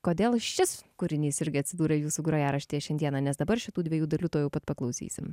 kodėl šis kūrinys irgi atsidūrė jūsų grojaraštyje šiandieną nes dabar šitų dviejų dalių tuojau pat paklausysim